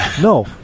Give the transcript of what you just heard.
No